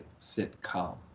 sitcom